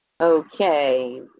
Okay